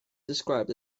described